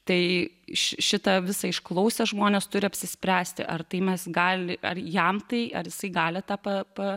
tai ši šita visa išklausę žmonės turi apsispręsti ar tai mes gali ar jam tai ar jisai gali tą pa pa